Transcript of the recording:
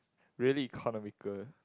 really economical